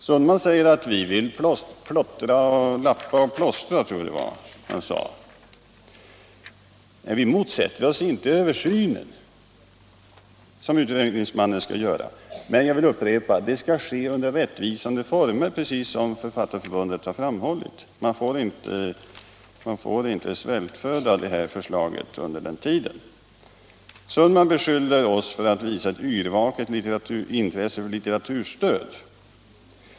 Herr Sundman säger att vi vill lappa och plåstra — jag tror att det var så han uttryckte sig. Vi motsätter oss inte den översyn som utredningsmannen skall göra, men jag vill upprepa att den skall ske under rättvisande former, precis såsom Författarförbundet har framhållit. Man får inte svältföda det här förslaget under tiden. Herr Sundman beskyller oss för att visa ett yrvaket intresse för litteraturstöd.